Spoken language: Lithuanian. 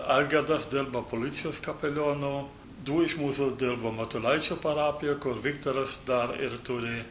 algirdas dirba policijos kapelionu du iš mūsų dirba matulaičio parapijoj kur viktoras dar ir turi